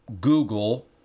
Google